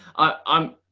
i'm,